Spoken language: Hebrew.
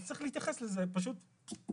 אז צריך להתייחס לזה פשוט -- אוקיי.